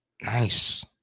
Nice